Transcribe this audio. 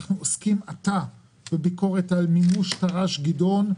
אנחנו עוסקים עתה בביקורת על מימוש תר"ש גדעון,